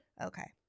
Okay